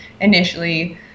initially